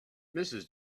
mrs